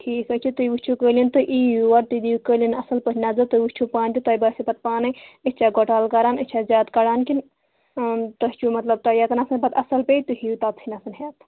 ٹھیٖک حظ چھِ تُہۍ وُچھو قٲلیٖن تہٕ یِیِو یور تُہۍ دِیِو قٲلیٖن اَصٕل پٲٹھۍ نظر تُہۍ وُچھِو پانہٕ تہِ تۄہہِ باسوٕ پَتہٕ پانَے أسۍ چھا گۄٹال کَران أسۍ چھےٚ زیادٕ کَڈان کَنہٕ تۄہہِ چھُو مطلب تۄہہِ ییٚتہِ نَس آسان پَتہٕ اَصٕل پیٚیہِ تُہۍ ہیٚیِو تٔتی نَس ہٮ۪تھ